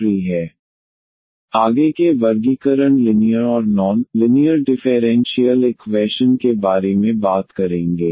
d4ydx4d2ydx2dydx3ex order 4 degree 1 yy21dxxy2 1dy order 1 degree 1 2vt2k3vx32 order 3 degree 1 आगे के वर्गीकरण linear और नॉन लिनियर डिफेरेंशीयल इक्वैशन के बारे में बात करेंगे